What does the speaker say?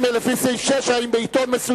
לא לא לא, בבקשה.